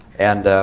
and